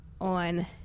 on